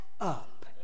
up